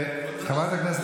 לא הכול זה להט"ב